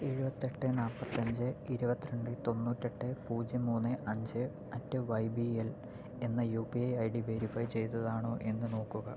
എഴുപത്തെട്ട് നാപ്പത്തഞ്ച് ഇരുപതുരണ്ട് തൊണ്ണൂറ്റെട്ട് പൂജ്യം മൂന്ന് അഞ്ച് അറ്റ് വൈബിഎൽ എന്ന U P I I D verify ചെയ്തതാണോ എന്ന് നോക്കുക